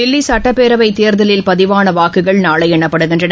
தில்லி சட்டப்பேரவைத் தேர்தலில் பதிவான வாக்குகள் நாளை எண்ணப்படுகின்றன